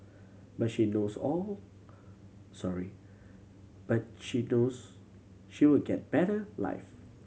but she knows all sorry but she knows she will get better life